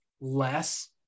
less